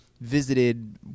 visited